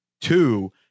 two